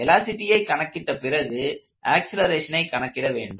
வெலாசிட்டியை கணக்கிட்ட பிறகு ஆக்ஸலரேஷனை கணக்கிடவேண்டும்